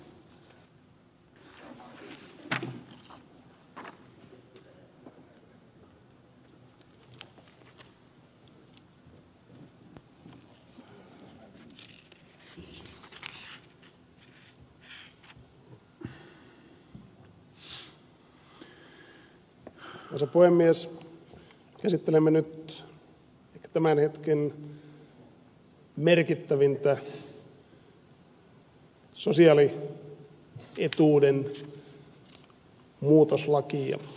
käsittelemme nyt ehkä tämän hetken merkittävintä sosiaalietuuden muutoslakia työttömyysturvalain muutosta